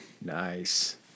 Nice